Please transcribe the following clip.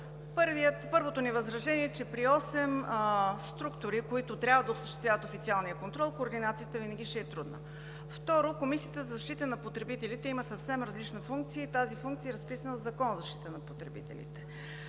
Първото ни възражение е, че при осем структури, които трябва да осъществяват официалния контрол, координацията винаги ще е трудна. Второ, Комисията за защита на потребителите има съвсем различна функция и тази функция е разписана в Закон за защита на потребителите.